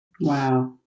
Wow